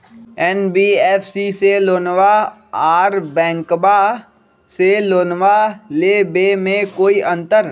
NBFC से लोनमा आर बैंकबा से लोनमा ले बे में कोइ अंतर?